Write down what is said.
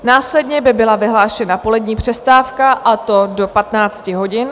Následně by byla vyhlášena polední přestávka, a to do 15 hodin.